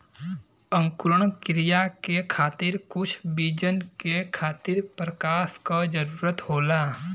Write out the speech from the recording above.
अंकुरण क्रिया के खातिर कुछ बीजन के खातिर प्रकाश क जरूरत होला